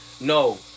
no